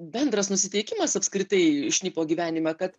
bendras nusiteikimas apskritai šnipo gyvenime kad